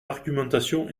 argumentation